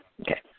Okay